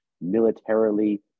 militarily